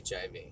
HIV